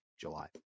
July